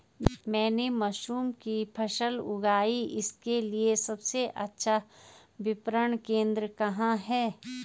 मैंने मशरूम की फसल उगाई इसके लिये सबसे अच्छा विपणन केंद्र कहाँ है?